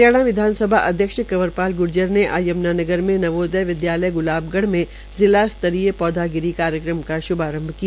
हरियाणा विधानसभा अध्यक्ष कंवरपाल ग्र्जर ने आज यम्नागर में नवोदय विद्यायलय ग्लाबगढ में जिला स्तरीय पौधागिरी कार्यक्रम का श्भारंभ किया